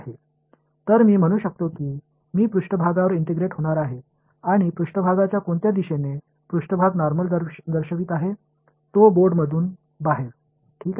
எனவே நான் மேற்பரப்பில் இன்டெக்ரால் செய்ய போகிறேன் மேலும் மேற்பரப்பு இயல்பானது சுட்டிக்காட்டும் மேற்பரப்பு இயல்பானது போர்டில் இருந்து வெளியே வருகிறது